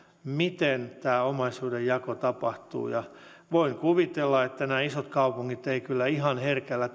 miten tämä omaisuudenjako tapahtuu voin kuvitella että nämä isot kaupungit eivät kyllä ihan herkällä